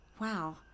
wow